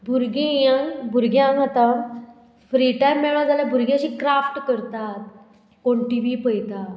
भुरगीं यंग भुरग्यांक आतां फ्री टायम मेळ्ळो जाल्यार भुरगीं अशी क्राफ्ट करतात कोण टिवी पयता